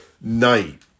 night